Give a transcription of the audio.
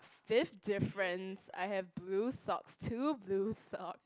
fifth differences I have blue socks two blue socks